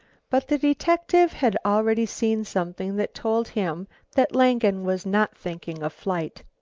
but the detective had already seen something that told him that langen was not thinking of flight.